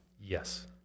Yes